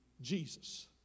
Jesus